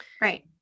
Right